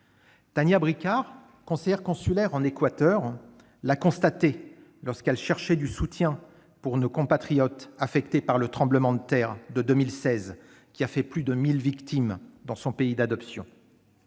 Tannya Bricard, conseillère consulaire en Équateur, l'a constaté lorsqu'elle recherchait du soutien pour nos compatriotes affectés par le tremblement de terre de 2016, qui a fait plus de 1 000 victimes dans son pays d'adoption